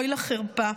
אוי לחרפה.